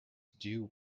dew